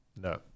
No